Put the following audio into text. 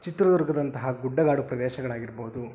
ಚಿತ್ರದುರ್ಗದಂತಹ ಗುಡ್ಡಗಾಡು ಪ್ರದೇಶಗಳಾಗಿರ್ಬೌದು